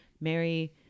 Mary